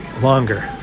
longer